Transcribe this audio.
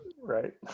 right